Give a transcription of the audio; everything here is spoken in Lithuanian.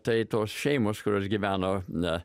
tai tos šeimos kurios gyveno ne